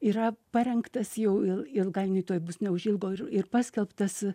yra parengtas jau il ilgainiui tuoj bus neužilgo ir paskelbtas